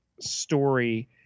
story